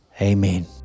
Amen